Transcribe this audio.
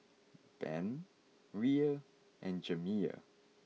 Ben Rhea and Jamiya